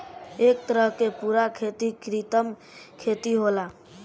ए तरह के पूरा खेती कृत्रिम खेती होला